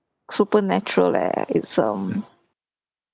supernatural leh it's um